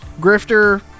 Grifter